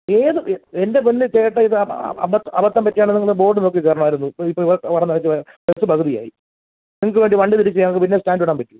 ഏത് എ എൻ്റെ പൊന്ന് ചേട്ടാ ഇത് അ അബദ്ധം അബദ്ധം പറ്റിയതാണെങ്കിൽ നിങ്ങൾ ബോർഡ് നോക്കി കയറണായിരുന്നു ഇപ്പോൾ ഇപ്പോൾ ഓ ഓടാനായിട്ട് ബസ്സ് പകുതിയായി നിങ്ങൾക്ക് വേണ്ടി വണ്ടി തിരിച്ച് ഞങ്ങൾക്ക് പിന്നെ സ്റ്റാൻഡ് വിടാൻ പറ്റോ